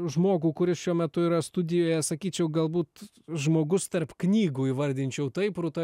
žmogų kuris šiuo metu yra studijoje sakyčiau galbūt žmogus tarp knygų įvardinčiau taip rūta